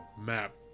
map